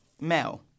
Mel